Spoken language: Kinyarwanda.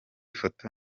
foto